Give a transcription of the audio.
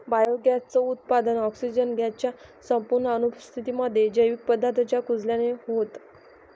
biogas च उत्पादन, oxygen gas च्या संपूर्ण अनुपस्थितीमध्ये, जैविक पदार्थांच्या कुजल्याने होतं